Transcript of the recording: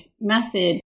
method